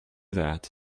that